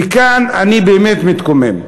וכאן אני באמת מתקומם.